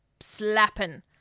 slapping